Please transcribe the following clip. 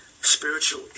spiritual